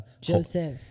Joseph